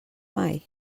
mai